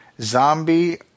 Zombie